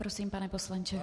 Prosím, pane poslanče.